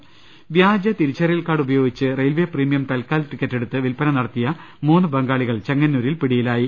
രുട്ടിട്ട്ട്ട്ട്ട്ട വ്യാജ തിരിച്ചറിയൽ കാർഡ് ഉപയോഗിച്ച് റെയിൽവെ പ്രീമിയം തൽക്കാൽ ടിക്കറ്റെടുത്ത് വില്പന നടത്തിയ മൂന്ന് ബംഗാളികൾ ചെങ്ങന്നൂ രിൽ പിടിയിലായി